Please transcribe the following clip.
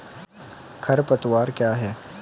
खरपतवार क्या है?